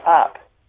up